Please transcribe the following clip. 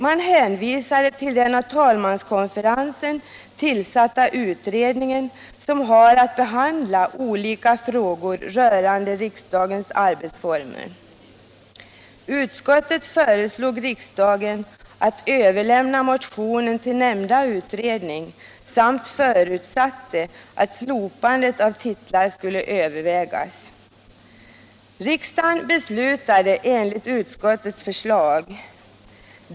Man hänvisade till den av talmanskonferensen tillsatta utredningen, som har att behandla olika frågor rörande riksdagens arbetsformer. Utskottet föreslog riksdagen att överlämna motionen till nämnda utredning samt förutsatte att slopandet av titlar skulle övervägas. Riksdagen beslutade enligt utskottets förslag.